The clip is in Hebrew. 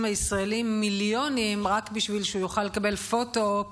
הישראלים מיליונים רק בשביל שהוא יוכל לקבל פוטו-אופ